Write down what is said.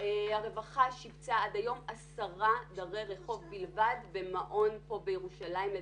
הרווחה שיפצה עד היום 10 דרי רחוב בלבד במעון כאן בירושלים.